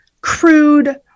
crude